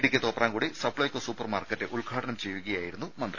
Idukki Thopramkudy Supplyco super market ഉദ്ഘാടനം ചെയ്യുകയായിരുന്നു മന്ത്രി